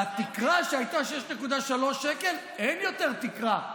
והתקרה, שהייתה 6.3 שקל, אין יותר תקרה,